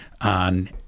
on